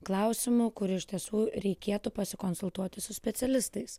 klausimų kur iš tiesų reikėtų pasikonsultuoti su specialistais